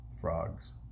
Frogs